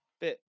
Bit